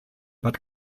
bad